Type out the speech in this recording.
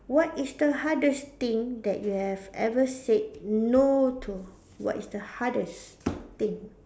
what is the hardest thing that you have ever said no to what is the hardest thing